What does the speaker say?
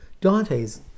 Dante's